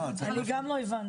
אני גם לא הבנתי.